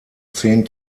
zehn